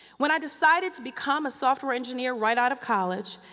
when i decided to become a software engineer right out of college,